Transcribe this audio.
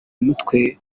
mutwe